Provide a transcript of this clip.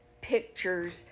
pictures